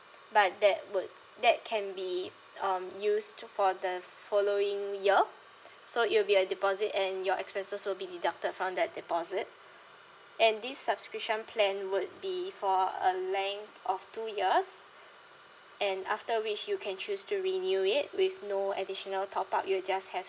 but that would that can be um used for the following year so it will be a deposit and your expenses will be deducted from that deposit and this subscription plan would be for a length of two years and after which you can choose to renew it with no additional top up you just have